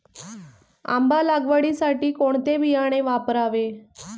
आंबा लागवडीसाठी कोणते बियाणे वापरावे?